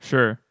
Sure